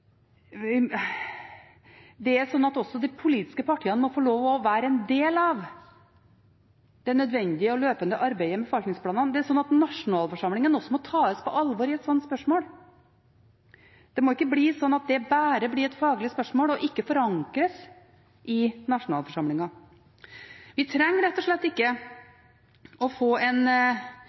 være en del av det nødvendige og løpende arbeidet med forvaltningsplanene. Nasjonalforsamlingen må også tas på alvor i et slikt spørsmål. Det må ikke bli slik at dette bare blir et faglig spørsmål og ikke forankres i nasjonalforsamlingen. Vi trenger rett og slett ikke å få en